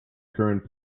current